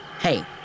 Hey